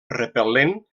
repel·lent